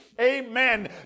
amen